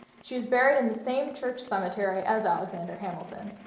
she was buried in the same church cemetery as alexander hamilton.